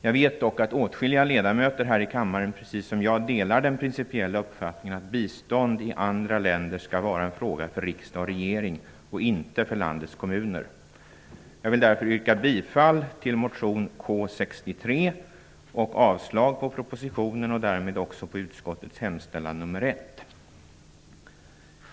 Jag vet dock att åtskilliga ledamöter här i kammaren precis som jag delar den principiella uppfattningen att bistånd i andra länder skall vara en fråga för riksdag och regering och inte för landets kommuner. Jag vill därför yrka bifall till motion K63 och avslag på propositionen och därmed också på utskottets hemställan under mom. 1.